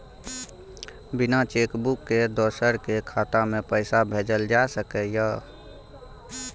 बिना cheque book के दोसर के खाता में पैसा भेजल जा सकै ये?